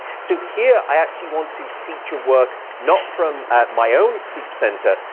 so here i actually want to feature work not from my own sleep center,